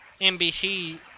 NBC